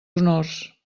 honors